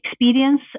experience